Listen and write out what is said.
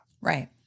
Right